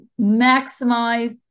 maximize